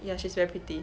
ya she's reputation